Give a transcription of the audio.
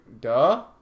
duh